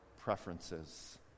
preferences